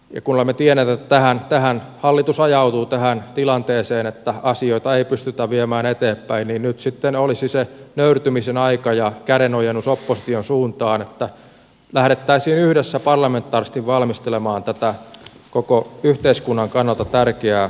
ja kun olemme tienneet että hallitus ajautuu tähän tilanteeseen että asioita ei pystytä viemään eteenpäin niin nyt sitten olisi se nöyrtymisen aika ja kädenojennus opposition suuntaan että lähdettäisiin yhdessä parlamentaarisesti valmistelemaan tätä koko yhteiskunnan kannalta tärkeää uudistusta